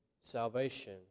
salvation